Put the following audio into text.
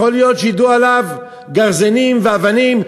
יכול להיות שיידו עליו גרזנים ואבנים,